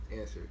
Answer